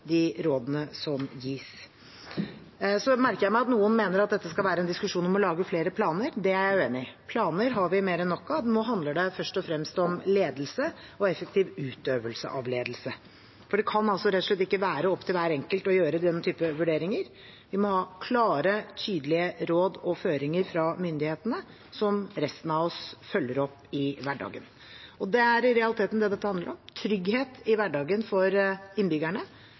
de rådene som gis. Så merker jeg meg at noen mener at dette skal være en diskusjon om å lage flere planer. Det er jeg uenig i. Planer har vi mer enn nok av, nå handler det først og fremst om ledelse og effektiv utøvelse av ledelse. Det kan rett og slett ikke være opp til hver enkelt å gjøre denne typen vurderinger. Vi må ha klare, tydelige råd og føringer fra myndighetene, som resten av oss følger opp i hverdagen. Det er i realiteten det dette handler om: trygghet i hverdagen for innbyggerne.